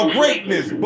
greatness